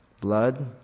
Blood